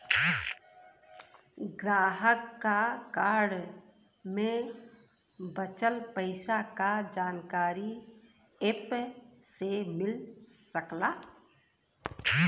ग्राहक क कार्ड में बचल पइसा क जानकारी एप से मिल सकला